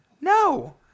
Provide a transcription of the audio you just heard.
No